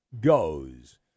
goes